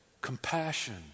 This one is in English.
compassion